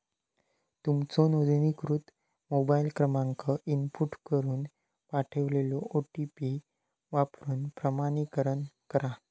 तुमचो नोंदणीकृत मोबाईल क्रमांक इनपुट करून पाठवलेलो ओ.टी.पी वापरून प्रमाणीकरण करा